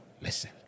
listen